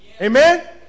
Amen